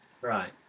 Right